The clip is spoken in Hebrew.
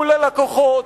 מול הלקוחות,